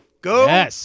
Go